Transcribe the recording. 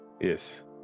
Yes